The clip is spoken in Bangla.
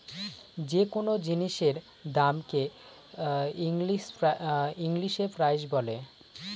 যে কোনো জিনিসের দামকে হ ইংলিশে প্রাইস বলে